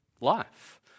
life